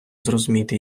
зрозуміти